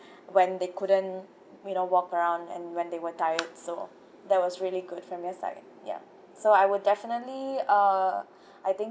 when they couldn't you know walk around and when they were tired so that was really good from your side ya so I will definitely uh I think